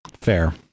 Fair